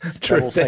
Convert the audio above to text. True